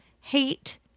hate